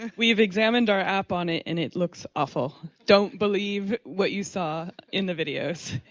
um we've examined our app on it and it looks awful. don't believe what you saw in the videos.